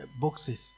boxes